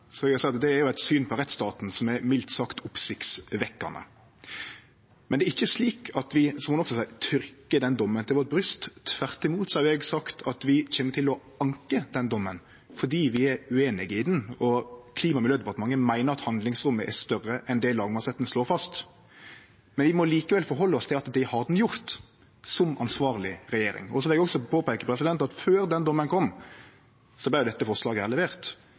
så kan vi diskutere dei. Eg kjem ikkje på nokon. Når representanten Arnstad går vidare med å seie at fleirtalet gøymer seg bak lagmannsrettane, vil eg seie at det er eit syn på rettsstaten som er mildt sagt oppsiktsvekkjande. Men det er ikkje slik at vi, som ein også seier, trykkjer den domen til vårt bryst. Tvert imot har eg sagt at vi kjem til å anke domen fordi vi er ueinig i han, og Klima- og miljødepartementet meiner at handlingsrommet er større enn det lagmannsretten slår fast. Men vi må likevel halde oss til at det har den gjort, som ansvarleg regjering. Så vil eg også påpeike at dette forslaget